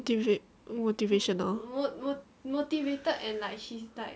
motivate motivational